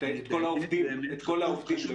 התשובה היא